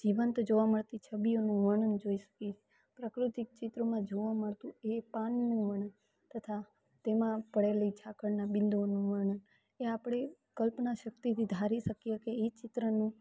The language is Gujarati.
જીવંત જોવા મળતી છબીઓનું વર્ણન જોઈ શકીએ પ્રાકૃતિક ચિત્રોમાં જોવા મળતું એ પાનનું વર્ણન તથા તેમાં પડેલી ઝાકળના બિંદુઓનું વર્ણન એ આપણે કલ્પના શક્તિથી ધારી શકીએ કે એ ચિત્રનું